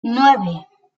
nueve